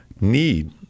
need